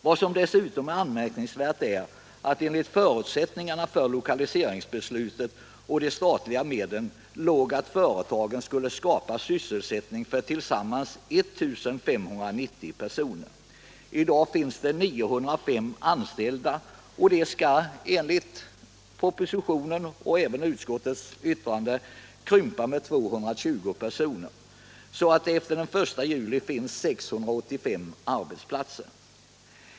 Vad som dessutom är anmärkningsvärt är att enligt förutsättningarna för lokaliseringsbeslutet och de statliga medlen företagen skulle skapa sysselsättning för tillsammans 1 590 personer. I dag finns det 905 anställda, och de skall enligt propositionen och även utskottets betänkande krympa med 220 personer, så att det efter den 1 juli kommer att finnas 685 arbetsplatser.